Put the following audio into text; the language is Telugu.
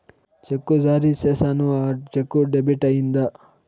చెక్కు జారీ సేసాను, ఆ చెక్కు డెబిట్ అయిందా